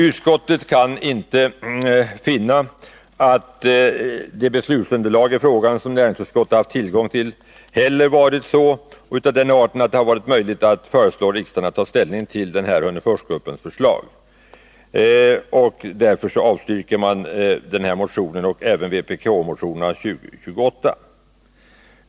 Utskottsmajoriteten kan inte finna att det beslutsunderlag i frågan som utskottet haft tillgång till har varit av den art att det är möjligt för riksdagen att ta ställning till Hörneforsgruppens förslag, och därför avstyrks även vpk-motionen 2028.